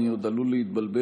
אני עוד עלול להתבלבל,